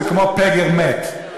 זה כמו פגר מת.